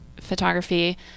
photography